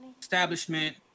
establishment